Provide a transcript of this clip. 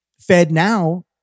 FedNow